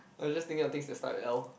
I was just thinking of things that with L